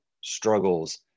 struggles